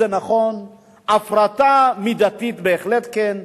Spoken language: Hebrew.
והפרטה מידתית בהחלט כן,